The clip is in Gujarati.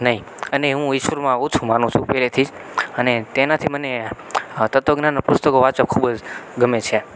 નહીં અને હું ઈશ્વરમાં ઓછું માનું છું પહેલેથી જ અને તેનાથી મને તત્વજ્ઞાનના પુસ્તકો વાંચવા ખૂબ જ ગમે છે